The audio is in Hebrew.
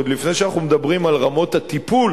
עוד לפני שאנחנו מדברים על רמות הטיפול